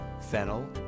fennel